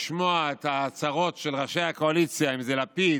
לשמוע את ההצהרות של ראשי הקואליציה, אם זה לפיד,